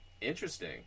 Interesting